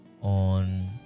on